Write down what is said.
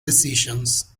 decisions